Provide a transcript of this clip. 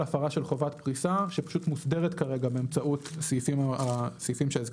הפרה של חובת פריסה שפשוט מוסדרת כרגע באמצעות הסעיפים שהזכרתי,